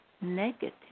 negative